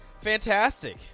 fantastic